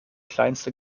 kleinste